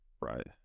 Right